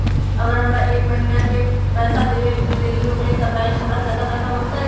अगर हमरा से एक महीना के पैसा देवे में देरी होगलइ तब बैंक हमरा से ज्यादा पैसा मंगतइ?